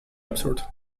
absurd